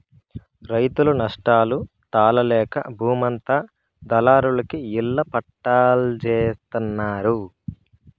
రైతులు నష్టాలు తాళలేక బూమంతా దళారులకి ఇళ్ళ పట్టాల్జేత్తన్నారు